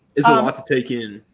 it's a lot to take in.